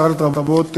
שרת התרבות,